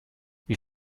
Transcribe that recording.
wie